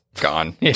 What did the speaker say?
Gone